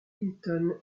hilton